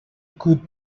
could